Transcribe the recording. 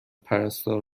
پرستار